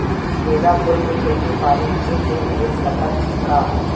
गेंदा फूल के खेती पानी ड्रिप से दे सकथ का?